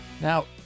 Now